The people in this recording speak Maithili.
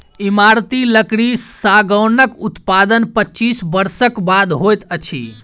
इमारती लकड़ी सागौनक उत्पादन पच्चीस वर्षक बाद होइत अछि